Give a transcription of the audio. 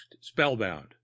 spellbound